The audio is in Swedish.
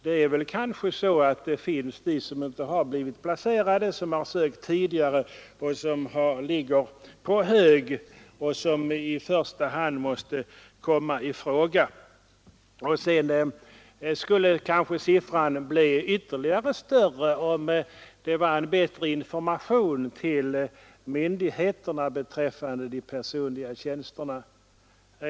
Det finns kanske de som sökt tidigare men inte blivit placerade, personer vilkas ansökningar ligger på hög och som i första hand måste komma i fråga. Vidare skulle kanske siffran bli ännu större om det gavs bättre information till myndigheterna beträffande de personliga tjänsterna.